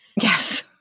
Yes